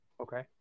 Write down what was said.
Okay